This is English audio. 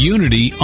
Unity